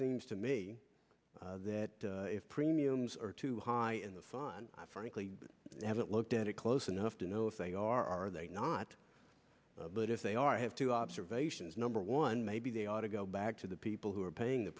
a to me that if premiums are too high in the sun i frankly haven't looked at it close enough to know if they are are they not but if they are have two observations number one maybe they ought to go back to the people who are paying the